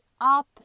up